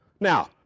Now